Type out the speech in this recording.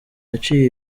yaciye